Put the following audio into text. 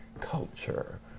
culture